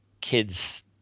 kids